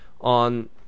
on